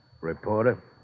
Reporter